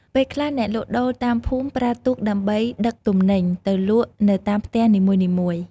ពេលខ្លះអ្នកលក់ដូរតាមភូមិប្រើទូកដើម្បីដឹកទំនិញទៅលក់នៅតាមផ្ទះនីមួយៗ។